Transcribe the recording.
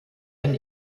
ein